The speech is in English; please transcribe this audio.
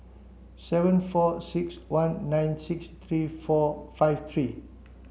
seven four six one nine six three four five three